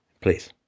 please